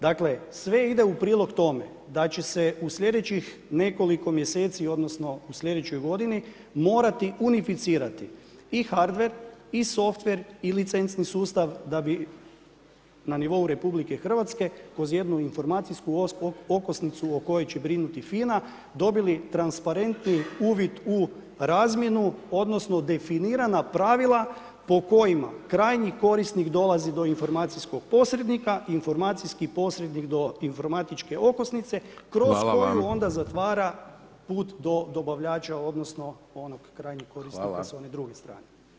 Dakle sve ide u prilog tome da će se u sljedećih nekoliko mjeseci odnosno u sljedećoj godini morati unificirati i hardver i softver i licencni sustav da bi na nivou RH kroz jednu informacijsku okosnicu o kojoj će brinuti FINA dobili transparentni uvid u razmjenu odnosno definirana pravila po kojima krajnji korisnik dolazi do informacijskog posrednika, informacijski posrednik do informatičke okosnice kroz koju onda zatvara put do dobavljača odnosno krajnjeg korisnika s one druge strane.